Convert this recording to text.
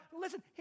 Listen